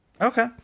Okay